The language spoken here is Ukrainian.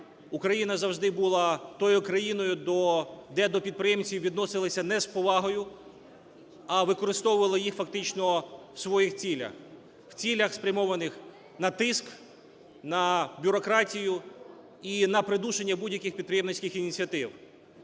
Україна завжди була тою країною, де до підприємців відносилися не з повагою, а використовували їх фактично в своїх цілях. В цілях спрямованих на тиск, на бюрократію і на придушення будь-яких підприємницьких ініціатив.